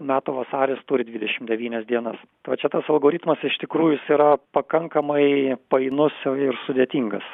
metų vasaris turi dvidešim devynias dienas va čia tas algoritmas iš tikrųjų jis yra pakankamai painus ir sudėtingas